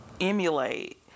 emulate